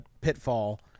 pitfall